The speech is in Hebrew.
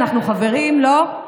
אנחנו חברים, לא?